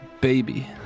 baby